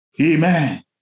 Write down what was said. Amen